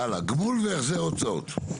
הלאה, גמול והחזר הוצאות.